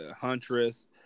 Huntress